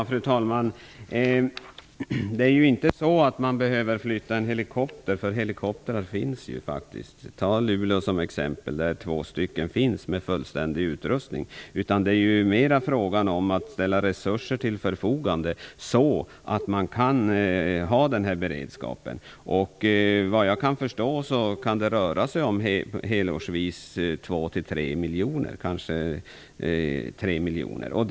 Fru talman! Nu är det så att man inte behöver flytta en helikopter; det finns faktiskt helikoptrar. I Luleå t.ex. finns det två stycken med fullständig utrustning. Det är snarare fråga om att ställa resurser till förfogande så att man kan ha en god beredskap. Vad jag kan förstå rör det sig kanske om 3 miljoner helårsvis.